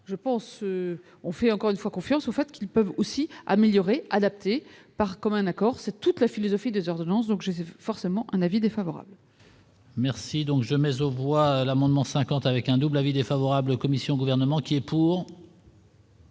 je pense, on fait encore une fois confiance au fait qu'ils peuvent aussi améliorer adapter par commun accord, c'est toute la philosophie des ordonnances, donc je forcément un avis défavorable. Merci donc jamais aux voix l'amendement 50 avec un double avis défavorable commission gouvernement qui est pour.